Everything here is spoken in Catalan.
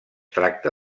tracta